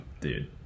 Dude